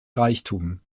reichtum